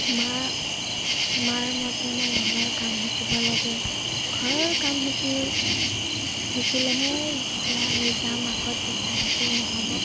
মা মাৰ মতে মই ঘৰৰ কাম শিকিব লাগে ঘৰৰ কাম শিকি শিকিলেহে যেতিয়া আমি যাম আকৌ তেতিয়া সেইটো নহ'ব